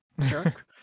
jerk